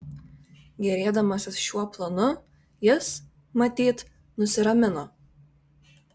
gėrėdamasis šiuo planu jis matyt nusiramino